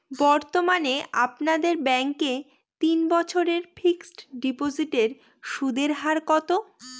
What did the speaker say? বর্তমানে আপনাদের ব্যাঙ্কে তিন বছরের ফিক্সট ডিপোজিটের সুদের হার কত?